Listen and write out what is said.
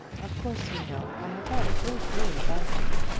of course, you know, i have thought a great deal about you.